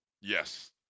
Yes